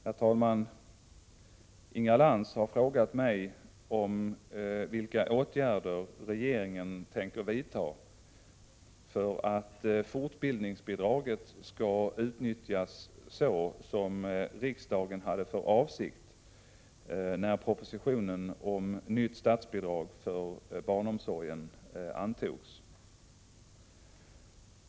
Herr talman! Inga Lantz har frågat mig vilka åtgärder regeringen tänker vidta för att fortbildningsbidraget skall utnyttjas så som riksdagen hade för avsikt när propositionen om nytt statsbidrag för barnomsorgen antogs.